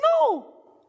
no